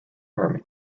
army